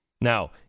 Now